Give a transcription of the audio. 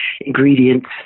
ingredients